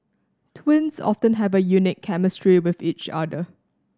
twins often have a unique chemistry with each other